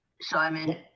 Simon